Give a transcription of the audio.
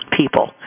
people